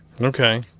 Okay